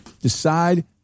Decide